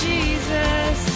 Jesus